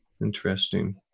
interesting